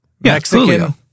Mexican